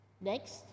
next